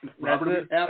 Robert